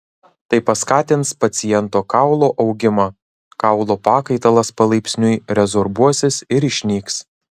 tai paskatins paciento kaulo augimą kaulo pakaitalas palaipsniui rezorbuosis ir išnyks